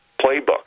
playbook